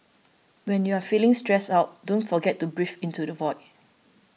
when you are feeling stressed out don't forget to breathe into the void